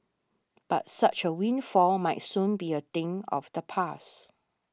but such a windfall might soon be a thing of the past